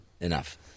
enough